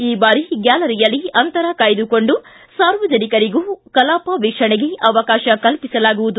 ಈ ಬಾರಿ ಗ್ಯಾಲರಿಯಲ್ಲಿ ಅಂತರ ಕಾಯ್ದುಕೊಂಡು ಸಾರ್ವಜನಿಕರಿಗೂ ಕಲಾಪ ವೀಕ್ಷಣೆಗೆ ಅವಕಾಶ ಕಲ್ಪಿಸಲಾಗುವುದು